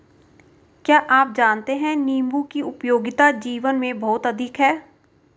क्या आप जानते है नीबू की उपयोगिता जीवन में बहुत अधिक है